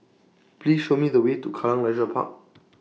Please Show Me The Way to Kallang Leisure Park